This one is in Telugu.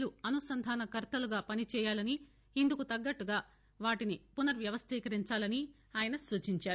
లు అనుసంధాన కర్తలుగా పనిచేయాలని ఇందుకు తగ్గట్టుగా వాటిని పునర్వవస్తీకరించాలని ఆయన సూచించారు